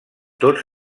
tots